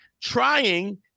Trying